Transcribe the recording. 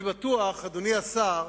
אדוני השר,